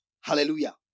hallelujah